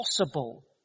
possible